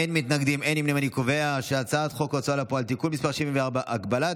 ההצעה להעביר את הצעת חוק ההוצאה לפועל (תיקון מס' 74) (הגבלת